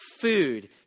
food